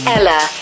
Ella